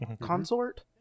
consort